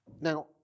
Now